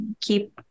keep